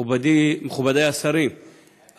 מכובדי השרים,